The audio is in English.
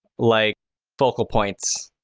like focal points